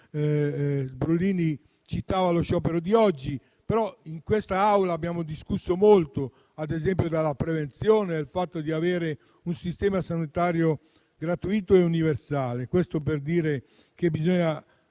Sbrollini ha citato lo sciopero di oggi, ma in quest'Aula abbiamo discusso molto, ad esempio, della prevenzione e del fatto di avere un sistema sanitario gratuito e universale; questo per dire che bisogna